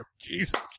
Jesus